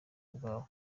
bwabo